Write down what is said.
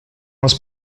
les